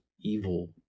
evil